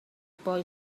boy